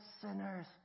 sinners